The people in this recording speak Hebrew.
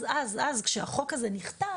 אז כאשר החוק הזה נכתב,